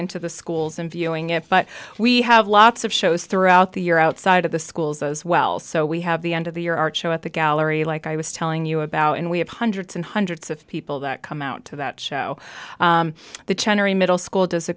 into the schools and viewing it but we have lots of shows throughout the year outside of the schools as well so we have the end of the year our show at the gallery like i was telling you about and we have hundreds and hundreds of people that come out to that show the middle school does a